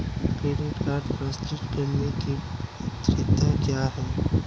Credit card प्राप्त करने की पात्रता क्या है?